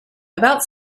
about